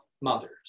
mothers